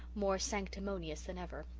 more sanctimonious than ever.